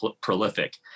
prolific